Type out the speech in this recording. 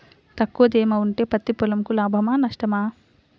తక్కువ తేమ ఉంటే పత్తి పొలంకు లాభమా? నష్టమా?